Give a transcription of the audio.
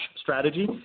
strategy